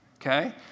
okay